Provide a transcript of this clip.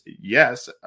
yes